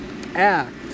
act